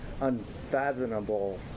unfathomable